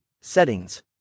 Settings